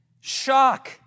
shock